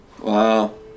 Wow